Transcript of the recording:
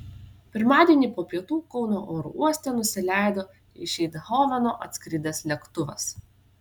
pirmadienį po pietų kauno oro uoste nusileido iš eindhoveno atskridęs lėktuvas